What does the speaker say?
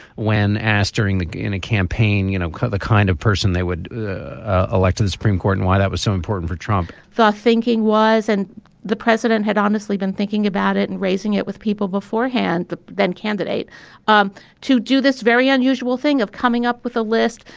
when asked during the the and campaign, you know, the kind of person they would elect to the supreme court and why that was so important for trump the thinking was and the president had obviously been thinking about it and raising it with people beforehand. then candidate um to do this very unusual thing of coming up with a list,